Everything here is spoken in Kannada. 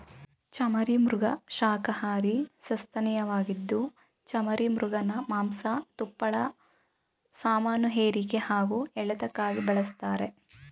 ಚಮರೀಮೃಗ ಶಾಖಹಾರಿ ಸಸ್ತನಿಯಾಗಿದ್ದು ಚಮರೀಮೃಗನ ಮಾಂಸ ತುಪ್ಪಳ ಸಾಮಾನುಹೇರಿಕೆ ಹಾಗೂ ಎಳೆತಕ್ಕಾಗಿ ಬಳಸ್ತಾರೆ